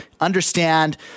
understand